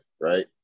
right